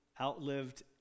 outlived